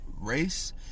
race